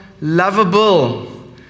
lovable